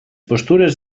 postures